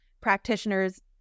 practitioners